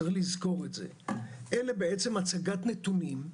אלה הצגת נתונים.